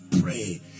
pray